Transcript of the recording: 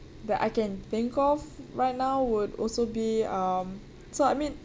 that I can think of right now would also be um so I mean